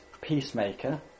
peacemaker